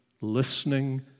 listening